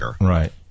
Right